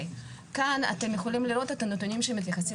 כאן אתם יכולים לראות את הנתונים שמתייחסים